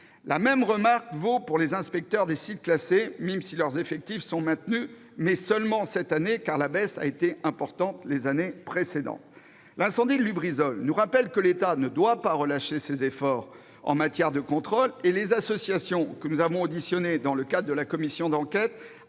La même remarque vaut pour les inspecteurs des sites classés. Certes, leurs effectifs sont maintenus, mais seulement cette année, car la baisse a été importante les années précédentes. L'incendie de Lubrizol nous rappelle que l'État ne doit pas relâcher ses efforts en matière de contrôle. Les associations que nous avons auditionnées dans le cadre de la commission d'enquête